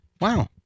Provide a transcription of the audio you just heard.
Wow